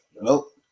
Nope